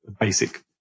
basic